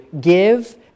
give